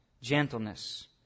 gentleness